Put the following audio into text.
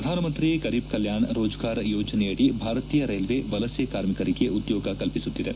ಪ್ರಧಾನಮಂತ್ರಿ ಗರೀಭ್ ಕಲ್ಕಾಣ್ ರೋಜ್ಗಾರ್ ಯೋಜನೆಯಡಿ ಭಾರತೀಯ ರೈಲ್ವೆ ವಲಸೆ ಕಾರ್ಮಿಕರಿಗೆ ಉದ್ಯೋಗ ಕಲ್ಪಿಸುತ್ತಿದೆ